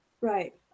Right